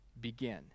begin